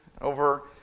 over